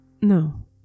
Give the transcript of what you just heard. no